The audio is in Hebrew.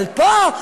אבל פה,